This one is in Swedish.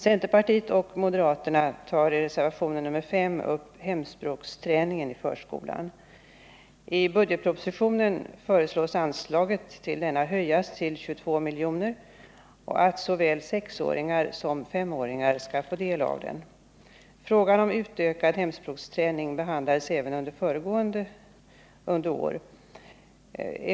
Centerpartiet och moderaterna tar i reservationen 5 upp hemspråksträningen i förskolan. I propositionen föreslås att anslaget till denna höjs till 22 milj.kr. och att såväl sexåringar som femåringar skall få del av den. Frågan om utökad hemspråksträning behandlades även under föregående år.